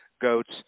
goats